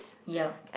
yep